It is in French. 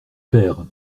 paire